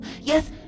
yes